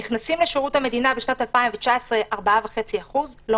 נכנסו לשירות המדינה בשנת 2019 4.5%, לא